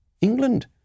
England